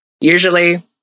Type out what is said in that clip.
usually